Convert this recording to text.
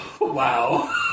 wow